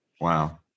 Wow